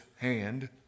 hand